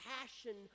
passion